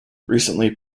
recently